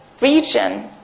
region